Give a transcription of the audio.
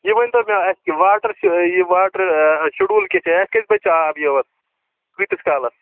یہِ ؤنۍتو مےٚ اَسہِ واٹر یہِ واٹر شَڈوٗل کیٛاہ چھِ اَسہِ کٔژ بَجہِ چھُ آب یِوان کۭتِس کالس